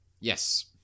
Yes